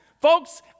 folks